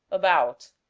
about,